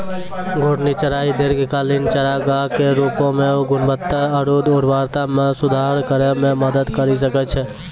घूर्णि चराई दीर्घकालिक चारागाह के रूपो म गुणवत्ता आरु उर्वरता म सुधार करै म मदद करि सकै छै